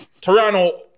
Toronto